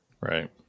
Right